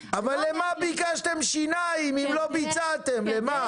עכשיו דיברה ממלאת מקום הממונה ונתנה את הדוגמאות שכן נתנו קרטל